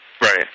Right